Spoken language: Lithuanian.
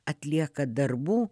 atliekat darbų